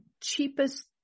cheapest